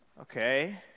Okay